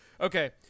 Okay